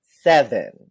seven